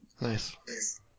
Nice